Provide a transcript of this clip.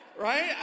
Right